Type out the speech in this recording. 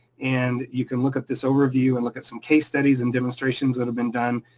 and you can look at this overview and look at some case studies and demonstrations that have been done.